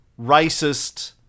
racist